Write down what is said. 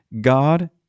God